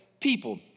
people